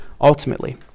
ultimately